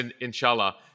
inshallah